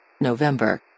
november